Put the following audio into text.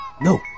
No